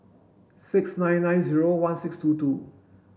six nine nine zero one six two two